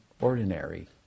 ordinary